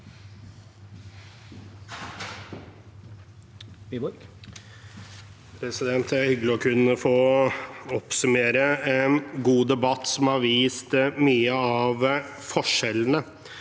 Det er hyggelig å kunne få oppsummere en god debatt, som har vist mye av forskjellene.